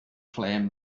flame